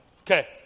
okay